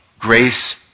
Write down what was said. grace